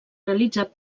realitzat